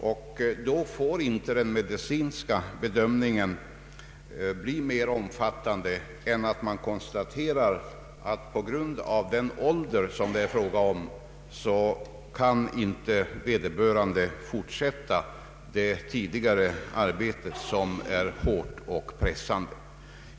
I det sammanhanget får inte den medicinska prövningen bli mer omfattande än att man konstaterar att vederbörande på grund av sin ålder inte kan fortsätta sitt tidigare hårda och pressande arbete.